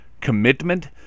commitment